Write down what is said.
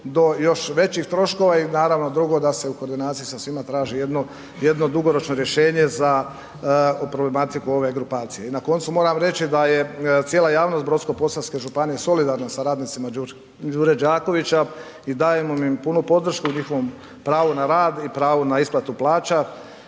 do još većih troškova i naravno da se u koordinaciji sa svima traži jedno, jedno dugoročno rješenje za problematiku ove grupacije. I na koncu moram reći da je cijela javnost Brodsko-posavske županije solidarna sa radnicima Đure Đakovića i dajemo im punu podršku u njihovom pravu na rad i pravu na isplatu plaća